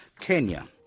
Kenya